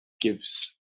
gives